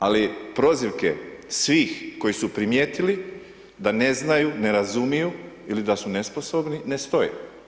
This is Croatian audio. Ali prozivke svih koji su primijetili da ne znaju, ne razumiju ili da su nesposobni ne stoje.